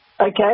Okay